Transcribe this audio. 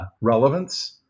relevance